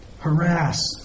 Harass